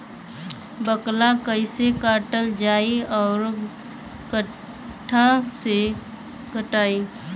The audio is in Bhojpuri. बाकला कईसे काटल जाई औरो कट्ठा से कटाई?